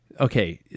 Okay